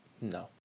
No